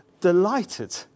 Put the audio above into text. delighted